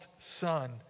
son